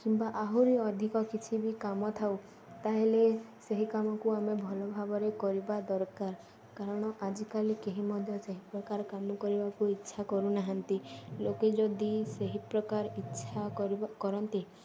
କିମ୍ବା ଆହୁରି ଅଧିକ କିଛି ବି କାମ ଥାଉ ତାହେଲେ ସେହି କାମକୁ ଆମେ ଭଲ ଭାବରେ କରିବା ଦରକାର କାରଣ ଆଜିକାଲି କେହି ମଧ୍ୟ ସେହି ପ୍ରକାର କାମ କରିବାକୁ ଇଚ୍ଛା କରୁନାହାନ୍ତି ଲୋକେ ଯଦି ସେହି ପ୍ରକାର ଇଚ୍ଛା କରିବା କରନ୍ତି